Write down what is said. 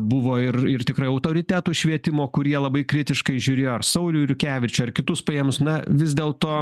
buvo ir ir tikrai autoritetų švietimo kurie labai kritiškai žiūrėjo ar saulių jurkevičių ar kitus paėmus na vis dėlto